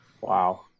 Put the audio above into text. Wow